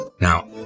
Now